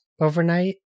overnight